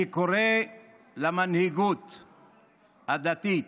אני קורא למנהיגות הדתית,